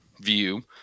view